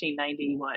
1991